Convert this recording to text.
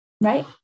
right